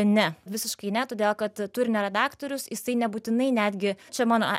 ne visiškai ne todėl kad turinio redaktorius jisai nebūtinai netgi čia mano